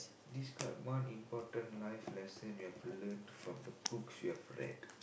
describe one important life lesson you have learnt from the books you have read